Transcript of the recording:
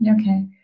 Okay